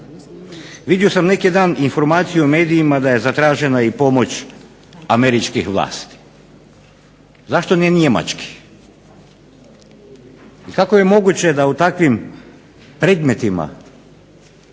Vidio sam neki dan u medijima informaciju da je zatražena pomoć Američkih vlasti, zašto ne Njemačkih i kako je moguće da u takvim predmetima,